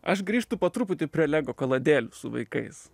aš grįžtu po truputį prie lego kaladėlių su vaikais